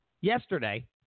yesterday